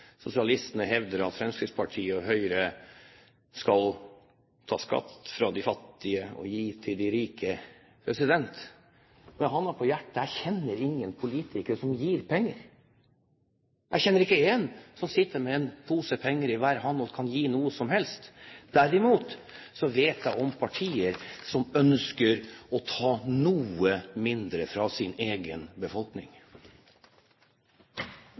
sosialistene hevder at Fremskrittspartiet og Høyre skal ta skatt fra de fattige og gi til de rike. Med hånden på hjertet: Jeg kjenner ingen politikere som gir penger. Jeg kjenner ikke én som sitter med en pose penger i hver hånd og kan gi til noe som helst. Derimot vet jeg om partier som ønsker å ta noe mindre fra